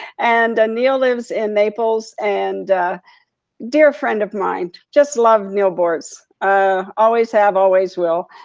and ah neal lives in naples and dear friend of mine. just love neal boortz. ah always have, always will.